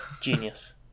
Genius